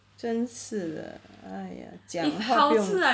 真是的 !aiya! 讲话不用